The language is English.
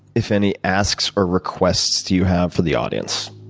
if any, asks or requests do you have for the audience?